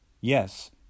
yes